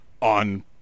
on